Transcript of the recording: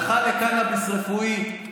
הלכה לקנביס רפואי,